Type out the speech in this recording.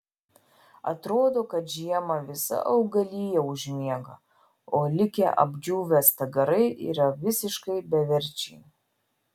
atrodo kad žiemą visa augalija užmiega o likę apdžiūvę stagarai yra visiškai beverčiai